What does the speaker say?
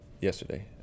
yesterday